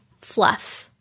fluff